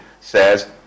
says